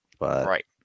Right